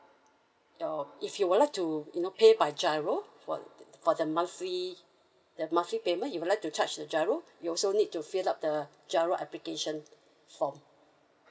your if you would like to you know pay by GIRO for for the monthly the monthly payment you would like to charge to the GIRO you also need to fill up the GIRO application form